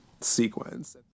sequence